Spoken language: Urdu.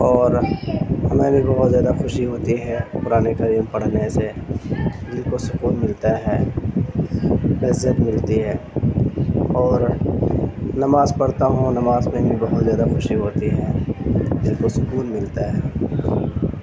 اور ہمیں بھی بہت زیادہ خوشی ہوتی ہے قرآن کریم پڑھنے سے دل کو سکون ملتا ہے لذت ملتی ہے اور نماز پڑھتا ہوں نماز میں بھی بہت زیادہ خوشی ہوتی ہے دل کو سکون ملتا ہے